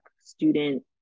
student